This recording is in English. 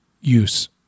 use